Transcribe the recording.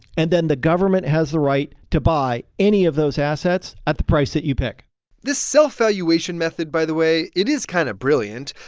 and then the government has the right to buy any of those assets at the price that you pick this self-valuation method, by the way, it is kind of brilliant.